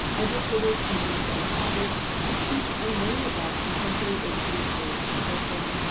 educators can use stem topics to teach and learn about contemporary issues related to social,